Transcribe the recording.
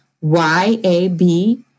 Y-A-B